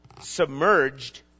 submerged